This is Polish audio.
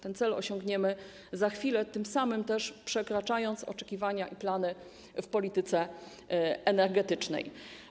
Ten cel osiągniemy za chwilę, tym samym przekraczając oczekiwania i plany w polityce energetycznej.